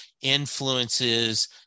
influences